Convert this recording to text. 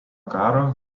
karo